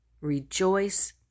Rejoice